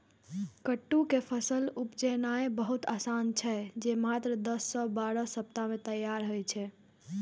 कट्टू के फसल उपजेनाय बहुत आसान छै, जे मात्र दस सं बारह सप्ताह मे तैयार होइ छै